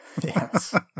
Yes